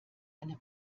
eine